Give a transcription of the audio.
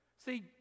See